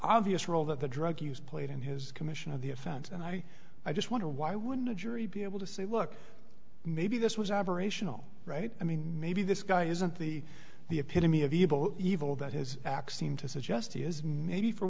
obvious role that the drug use played in his commission of the offense and i i just want to why wouldn't a jury be able to say look maybe this was aberrational right i mean maybe this guy isn't the the epitome of evil evil that his axiom to suggest he is maybe for